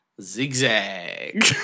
zigzag